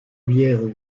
bière